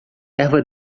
erva